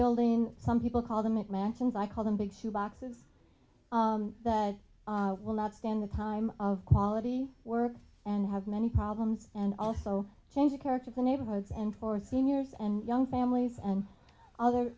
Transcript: building some people call the mcmansion as i call them big shoe boxes that will not stand the time of quality work and have many problems and also change the character of the neighborhoods and for seniors and young families and other